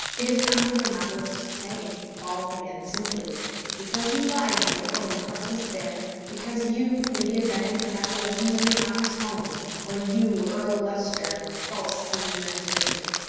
it is not for the novelist to say, baldly and simply because you lied here, or were heartless there, because you lydia bennet forgot the lessons of your honest home, or you earl leicester were false through your ambition,